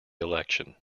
election